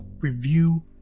review